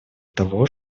того